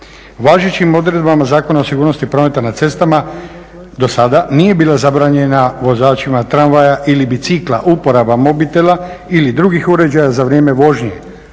Važećim odredbama Zakona o sigurnosti prometa na cestama do sada nije bila zabranjena vozačima tramvaja ili bicikla uporaba mobitela ili drugih uređaja za vrijeme vožnje